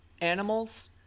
animals